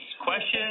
questions